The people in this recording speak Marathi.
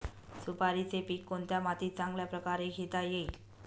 सुपारीचे पीक कोणत्या मातीत चांगल्या प्रकारे घेता येईल?